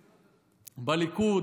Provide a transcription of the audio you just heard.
בליכוד,